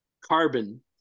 carbon